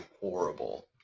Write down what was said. Horrible